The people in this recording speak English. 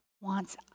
wants